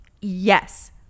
yes